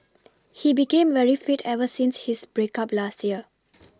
he became very fit ever since his break up last year